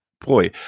boy